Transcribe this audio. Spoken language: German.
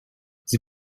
sie